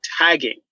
tagging